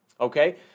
okay